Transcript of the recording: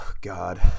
God